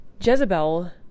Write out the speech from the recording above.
Jezebel